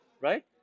right